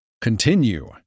Continue